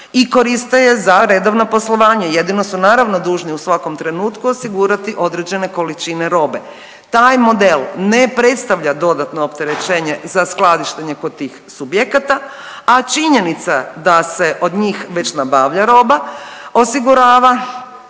i koriste je za redovna poslovanja, jedino su naravno dužni u svakom trenutku osigurati određene količine robe. Taj model ne predstavlja dodatno opterećenje za skladištenje kod tih subjekata, a činjenica da se od njih već nabavlja roba osigurava